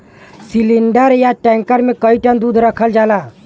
cylinder या tanker मे कई टन दूध रखल जाला